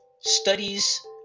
studies